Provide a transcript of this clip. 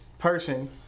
person